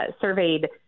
surveyed